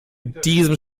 diesem